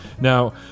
Now